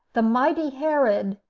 the mighty herod,